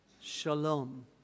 Shalom